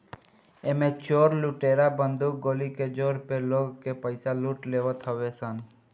एमे चोर लुटेरा बंदूक गोली के जोर पे लोग के पईसा लूट लेवत हवे सन